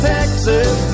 Texas